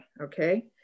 Okay